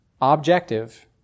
objective